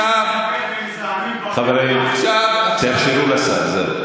חברים, תאפשרו לשר לסיים.